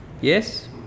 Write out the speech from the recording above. Yes